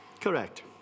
Correct